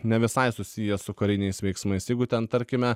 ne visai susiję su kariniais veiksmais jeigu ten tarkime